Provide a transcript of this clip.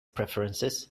preferences